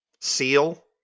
Seal